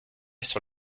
sur